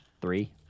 Three